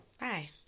bye